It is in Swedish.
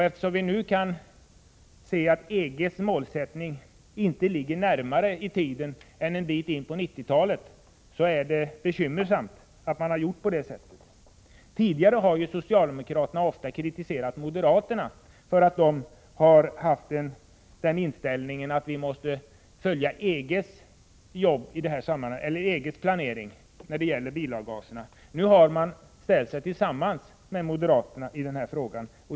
Eftersom vi nu kan se att EG:s målsättning inte ligger närmare i tiden än en bit in på 1990-talet, är det bekymmersamt att man gjort på detta sätt. Tidigare har socialdemokraterna ofta kritiserat moderaterna för att de har haft den inställningen att vi måste följa EG:s planering när det gäller bilavgaserna. Nu har man sällat sig till moderaterna i den här frågan.